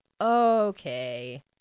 Okay